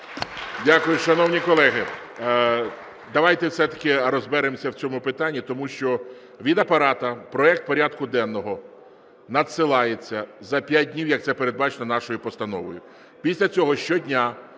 Дякую. Шановні колеги, давайте все-таки розберемося в цьому питанні, тому що від Апарату проект порядку денного надсилається за п'ять днів, як це передбачено нашою постановою. Після цього щодня